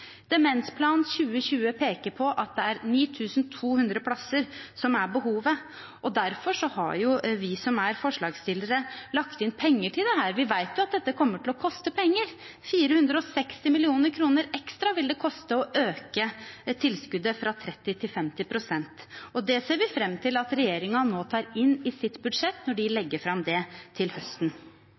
2020 peker på at det er 9 200 plasser som er behovet, og derfor har vi som er forslagsstillere, lagt inn penger til dette. Vi vet jo at dette kommer til å koste penger. 460 mill. kr ekstra vil det koste å øke tilskuddet fra 30 pst. til 50 pst. Det ser vi fram til at regjeringen nå tar inn i sitt budsjett, når de legger det fram til høsten.